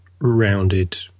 rounded